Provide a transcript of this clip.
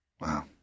Wow